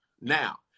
Now